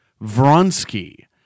Vronsky